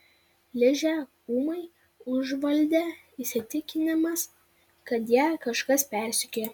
ližę ūmai užvaldė įsitikinimas kad ją kažkas persekioja